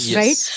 right